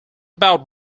about